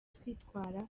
twitwara